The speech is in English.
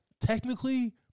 technically